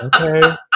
Okay